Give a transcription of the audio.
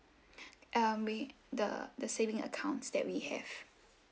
uh we the the saving accounts that we have